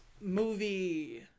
movie